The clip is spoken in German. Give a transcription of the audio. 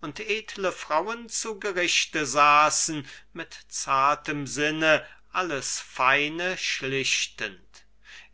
und edle frauen zu gerichte saßen mit zartem sinne alles feine schlichtend